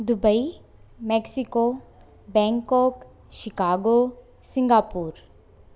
Dubai Mexico Bangkok Chicago Singapore